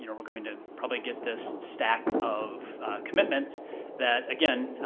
you know we're going to probably get this stack of commitments that again,